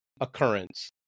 occurrence